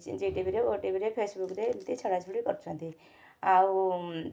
ଜିଟିଭିରେ ଓଟିଭିରେ ଫେସବୁକ୍ରେ ଏମିତି ଛାଡ଼ା ଛୁଡ଼ି କରୁଛନ୍ତି ଆଉ